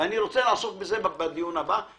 אני רוצה לעסוק בזה בדיון הבא.